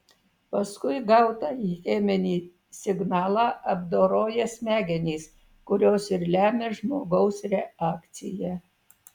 paskui gautąjį cheminį signalą apdoroja smegenys kurios ir lemia žmogaus reakciją